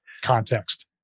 context